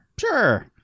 Sure